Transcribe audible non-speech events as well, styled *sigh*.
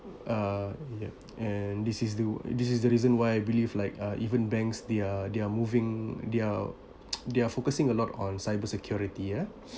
uh yup and this is due this is the reason why I believe like uh even banks they are they are moving they are *noise* they are focusing a lot on cyber security ya